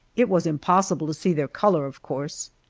it was impossible to see their color, of course.